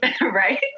Right